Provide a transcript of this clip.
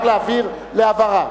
רק להבהיר להבהרה.